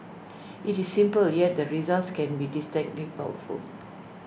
IT is simple yet the results can be distinctly powerful